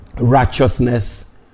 Righteousness